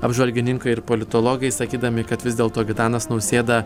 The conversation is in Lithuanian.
apžvalgininkai ir politologai sakydami kad vis dėlto gitanas nausėda